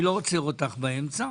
אני לא עוצר אותך באמצע.